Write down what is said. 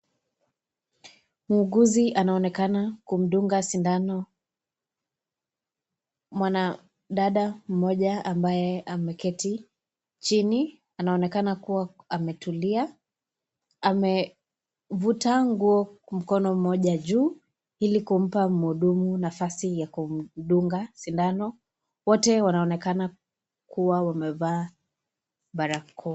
Muuguzi anaonekana kumdunga sindano mwanadada mmoja ambaye ameketi chini, anaonekana kuwa ametulia amevuta nguo mkono mmoja juu ili kumpa muhudumu nafasi ya kumdunga sindano wote wanaonekana kuwa wamevaa barakoa.